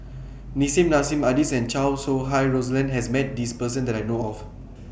Nissim Nassim Adis and Chow Sau Hai Roland has Met This Person that I know of